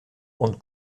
und